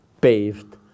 paved